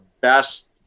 best